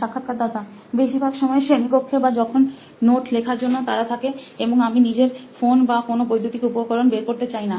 সাক্ষাৎকারদাতা বেশিরভাগ সময় শ্রেণীকক্ষেবা যখন নোট লেখার জন্য তাড়া থাকে এবং আমি নিজের ফোন বা কোনো বৈদ্যুতিক উপকরণ বের করতে চাইনা